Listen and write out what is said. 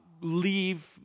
leave